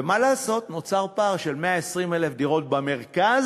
ומה לעשות, נוצר פער של 120,000 דירות במרכז.